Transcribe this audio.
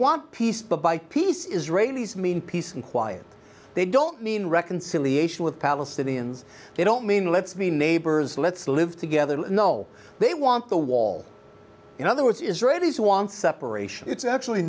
want peace but by peace israelis mean peace and quiet they don't mean reconciliation with palestinians they don't mean let's be neighbors let's live together no they want the wall in other words israelis want separation it's actually